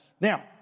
Now